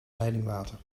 leidingwater